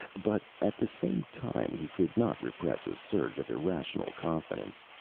but at the same time he could not repress a surge of irrational confidence.